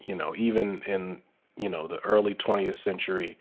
you know even you know the early twentieth century,